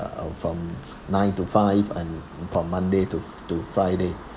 from f~ nine to five and from monday to f~ to friday